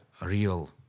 real